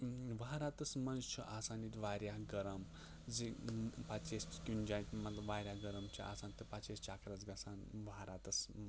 ؤہراتَس منٛز چھِ آسان ییٚتہِ واریاہ گرم زِ پَتہٕ چھِ أسۍ کُنہِ جایہِ مطلب واریاہ گرم چھِ آسان تہٕ پَتہٕ چھِ أسۍ چَکرَس گَژھان ؤہراتَس منٛز